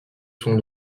sont